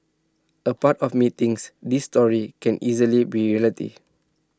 A part of me thinks these stories can easily be reality